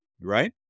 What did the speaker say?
right